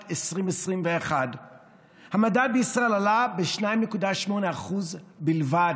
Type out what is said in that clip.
2021. המדד בישראל עלה ב-2.8% בלבד.